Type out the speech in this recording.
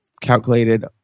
calculated